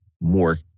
more